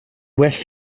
well